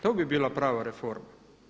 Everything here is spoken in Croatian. To bi bila prava reforma.